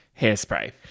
hairspray